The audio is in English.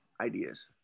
ideas